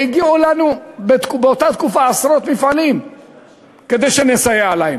והגיעו אלינו באותה תקופה עשרות מפעלים כדי שנסייע להם.